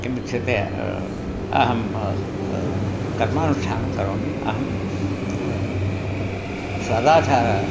किमुच्यते अहं कर्मानुष्ठानं करोमि अहं सदाचारः